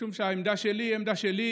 משום שהעמדה שלי, העמדה שלי